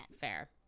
Fair